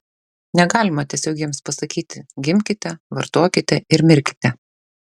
negalima tiesiog jiems pasakyti gimkite vartokite ir mirkite